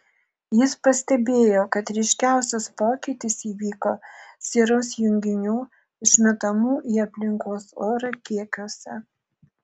jis pastebėjo kad ryškiausias pokytis įvyko sieros junginių išmetamų į aplinkos orą kiekiuose